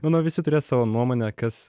manau visi turės savo nuomonę kas